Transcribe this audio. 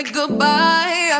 goodbye